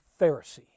Pharisee